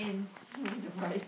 you'll be surprised